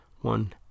One